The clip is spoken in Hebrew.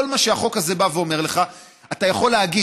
כל מה שהחוק הזה בא ואומר זה שאתה יכול להגיד